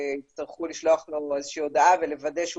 יצטרכו לשלוח לו איזושהי הודעה ולוודא שהוא